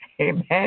amen